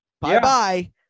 Bye-bye